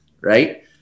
right